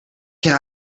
can